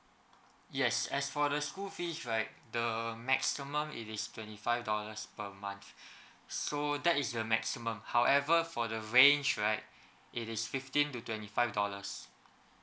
yes I saw the school fees right the maximum is twenty five dollars per month so that is the maximum however for the range right it is fifteen to twenty five dollars